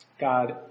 God